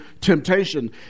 temptation